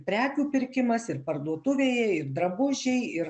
prekių pirkimas ir parduotuvėje ir drabužiai ir